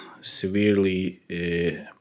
severely